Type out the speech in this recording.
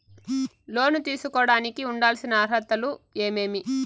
లోను తీసుకోడానికి ఉండాల్సిన అర్హతలు ఏమేమి?